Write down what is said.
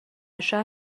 شهر